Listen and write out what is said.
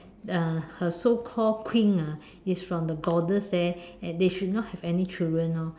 uh her so called queen ah is from the goddess there they should not have any children lor